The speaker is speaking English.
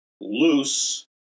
loose